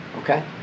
Okay